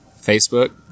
Facebook